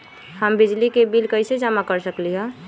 हम बिजली के बिल कईसे जमा कर सकली ह?